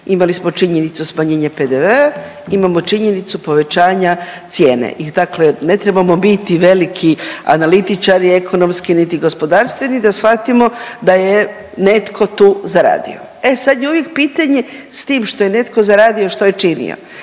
Imali smo činjenicu smanjenja PDV-a, imamo činjenicu povećanja cijene. I dakle ne trebamo biti veliki analitičari ekonomski niti gospodarstveni da shvatimo da je netko tu zaradio. E sad je uvijek pitanje s tim što je netko zaradio što je činio?